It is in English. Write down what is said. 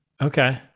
Okay